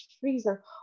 freezer